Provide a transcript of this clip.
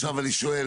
עכשיו אני שואל,